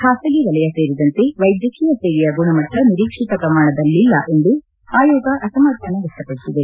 ಖಾಸಗಿ ವಲಯ ಸೇರಿದಂತೆ ವೈದ್ಯಕೀಯ ಸೇವೆಯ ಗುಣಮಟ್ಟ ನಿರೀಕ್ಷಿತ ಪ್ರಮಾಣದಲ್ಲಿಲ್ಲ ಎಂದು ಆಯೋಗ ಅಸಮಾಧಾನ ವ್ಯಕ್ತಪಡಿಸಿದೆ